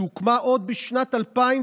שהוקמה עוד בשנת 2012,